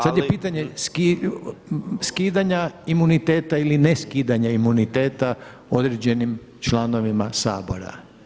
Sad je pitanje skidanja imuniteta ili ne skidanja imuniteta određenim članovima Sabora.